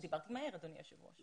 דיברתי מהר, אדוני היושב ראש.